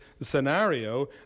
scenario